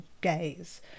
gaze